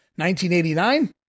1989